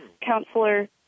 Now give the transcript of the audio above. counselor